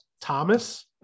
Thomas